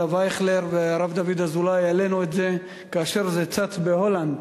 הרב אייכלר והרב דוד אזולאי, כאשר זה צץ בהולנד.